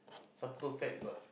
some people fat got